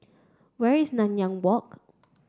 where is Nanyang Walk